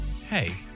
hey